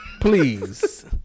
Please